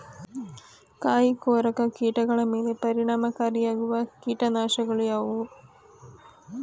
ಕಾಯಿಕೊರಕ ಕೀಟಗಳ ಮೇಲೆ ಪರಿಣಾಮಕಾರಿಯಾಗಿರುವ ಕೀಟನಾಶಗಳು ಯಾವುವು?